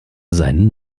seinen